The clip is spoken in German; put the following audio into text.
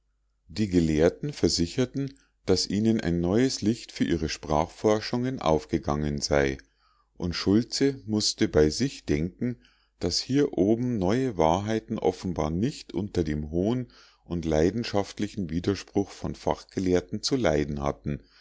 die gelehrten versicherten daß ihnen ein neues licht für ihre sprachforschungen aufgegangen sei und schultze mußte bei sich denken daß hier oben neue wahrheiten offenbar nicht unter dem hohn und leidenschaftlichen widerspruch von fachgelehrten zu leiden hatten